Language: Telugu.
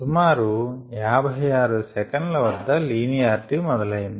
సుమారు 56 సెకన్ల వద్ద లీనియార్టీ మొదలైనది